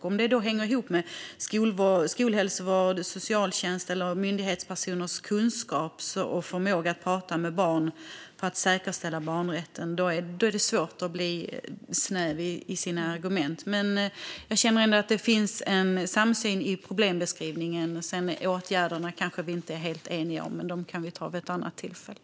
Om det då hänger ihop med skolhälsovård, socialtjänst eller myndighetspersoners kunskap och förmåga att prata med barn för att säkerställa barnrätten är det svårt att bli snäv i sina argument. Jag känner ändå att det finns en samsyn i problembeskrivningen. Åtgärderna kanske vi inte är helt eniga om, men dem kan vi ta vid ett annat tillfälle.